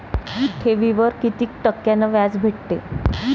ठेवीवर कितीक टक्क्यान व्याज भेटते?